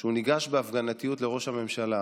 שהוא ניגש בהפגנתיות לראש הממשלה